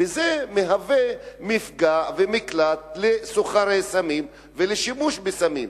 וזה מהווה מפגע ומקלט לסוחרי סמים ולשימוש בסמים.